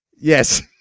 Yes